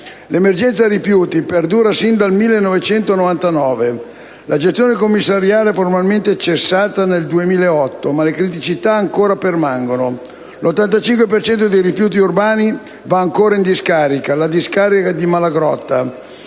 L'emergenza rifiuti perdura sin dal 1999; la gestione commissariale, formalmente, è cessata nel 2008, ma le criticità ancora permangono; l'85 per cento dei rifiuti urbani va ancora in discarica, quella di Malagrotta,